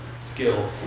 skill